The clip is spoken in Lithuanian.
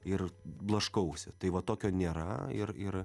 ir blaškausi tai va tokio nėra ir ir